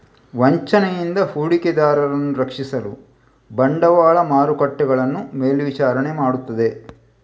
ವಂಚನೆಯಿಂದ ಹೂಡಿಕೆದಾರರನ್ನು ರಕ್ಷಿಸಲು ಬಂಡವಾಳ ಮಾರುಕಟ್ಟೆಗಳನ್ನು ಮೇಲ್ವಿಚಾರಣೆ ಮಾಡುತ್ತದೆ